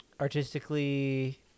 artistically